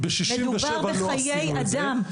מדובר בחיי אדם.